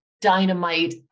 dynamite